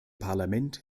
parlament